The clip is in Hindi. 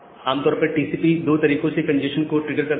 आमतौर पर टीसीपी दो तरीकों से कंजेस्शन को ट्रिगर करता है